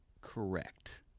correct